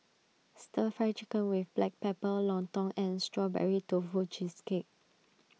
Stir Fry Chicken with Black Pepper Lontong and Strawberry Tofu Cheesecake